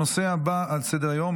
הנושא הבא על סדר-היום,